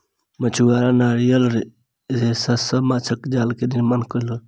मछुआरा नारियल रेशा सॅ माँछक जाल के निर्माण केलक